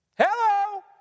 Hello